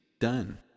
Done